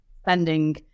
spending